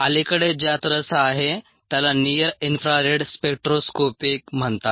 अलीकडे ज्यात रस आहे त्याला निअर इन्फ्रा रेड स्पेक्ट्रोस्कोपिक म्हणतात